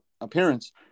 appearance